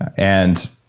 and